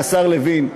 השר לוין,